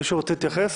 מישהו רוצה להתייחס?